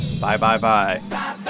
bye-bye-bye